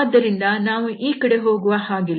ಆದ್ದರಿಂದ ನಾವು ಈ ಕಡೆ ಹೋಗುವ ಹಾಗಿಲ್ಲ